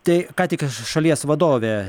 tai ką tik šalies vadovė